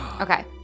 Okay